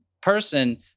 person